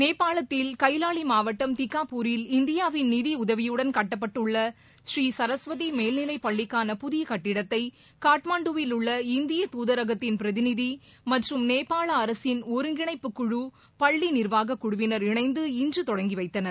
நேபாளத்தில் கைலாளி மாவட்டம் திகாபூரில் இந்தியாவின் நிதியுதவியுடன் கட்டப்பட்டுள்ள ஸ்ரீ சரஸ்வதி மேல்நிலைப்பள்ளிக்கான புதிய கட்டிடத்தை காட்மாண்டுவில் உள்ள இந்திய துதரகத்தின் பிரதிநிதி மற்றும் நேபாள அரசின் ஒருங்கிணைப்புக்குழு பள்ளி நிர்வாகக்குழுவினர் இணைந்து இன்று தொடங்கி வைத்தனர்